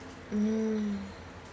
mm